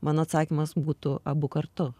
mano atsakymas būtų abu kartu